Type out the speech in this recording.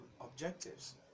objectives